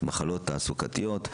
מחלות תעסוקתיות,